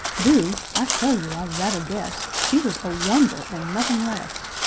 do! i tell you, i rather guess she was a wonder, and nothing less!